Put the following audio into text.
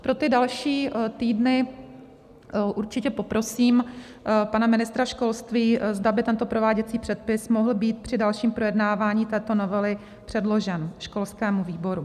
Pro ty další týdny určitě poprosím pana ministra školství, zda by tento prováděcí předpis mohl být při dalším projednávání této novely předložen školskému výboru.